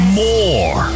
more